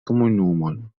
komunumon